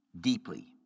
deeply